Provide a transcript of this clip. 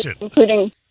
including